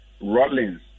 Rollins